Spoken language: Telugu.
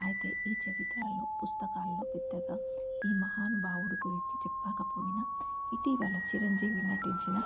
అయితే ఈ చరిత్రలో పుస్తకాలలో పెద్దగా ఈ మహానుభావుడు గురించి చెప్పకపోయినా ఇటీవల చిరంజీవి నటించిన